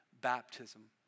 baptism